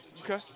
Okay